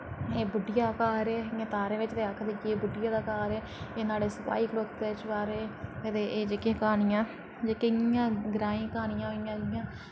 एह् बुड्ढिया दा घर ऐ इयां तारें बिच ते आखदे कि एह् बुड्ढिया दा घर ऐ एह् नुआढ़े सपाही खड़ोते दे चबारे ते एह् जेह्कियां क्हानियां जेह्की इ'यां ग्रांई क्हानियां होइयां जि'यां